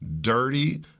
Dirty